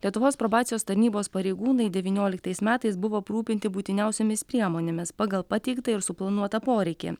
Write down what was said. lietuvos probacijos tarnybos pareigūnai devynioliktais metais buvo aprūpinti būtiniausiomis priemonėmis pagal pateiktą ir suplanuotą poreikį